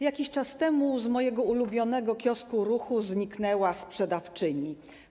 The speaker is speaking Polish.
Jakiś czas temu z mojego ulubionego kiosku Ruchu zniknęła sprzedawczyni.